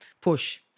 push